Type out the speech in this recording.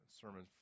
sermon